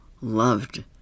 loved